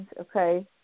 okay